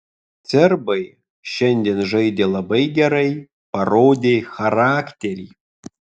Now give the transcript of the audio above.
serbai šiandien žaidė labai gerai parodė charakterį